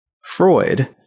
Freud